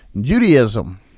Judaism